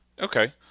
Okay